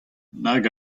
nag